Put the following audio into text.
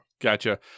Gotcha